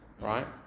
right